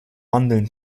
mandeln